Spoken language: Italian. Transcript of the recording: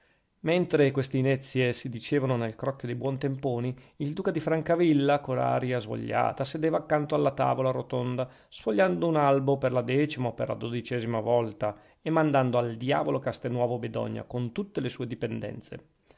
mentre queste inezie si dicevano nel crocchio dei buontemponi il duca di francavilla con aria svogliata sedeva accanto alla tavola rotonda sfogliando un albo per la decima o per la dodicesima volta e mandando al diavolo castelnuovo bedonia con tutte le sue dipendenze